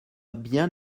bien